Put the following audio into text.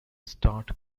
start